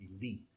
believe